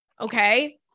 Okay